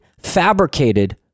fabricated